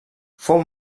fou